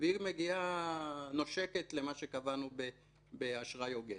והיא נושקת למה שקבענו באשראי הוגן.